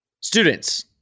Students